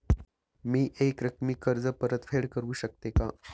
मी एकरकमी कर्ज परतफेड करू शकते का?